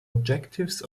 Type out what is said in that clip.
objectives